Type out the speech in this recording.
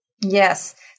Yes